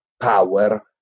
power